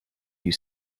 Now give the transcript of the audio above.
you